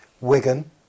Wigan